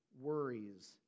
worries